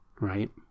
right